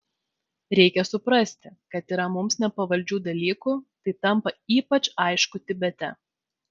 reikia suprasti kad yra mums nepavaldžių dalykų tai tampa ypač aišku tibete